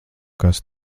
kas